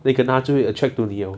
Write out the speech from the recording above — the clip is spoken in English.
会 kena 就会 attract to 你 liao